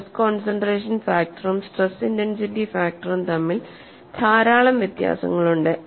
stress concentration ഫാക്ടറും stress intensity ഫാക്ടറും തമ്മിൽ ധാരാളം വ്യത്യാസങ്ങളുണ്ട്